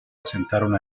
asentaron